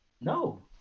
No